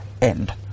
End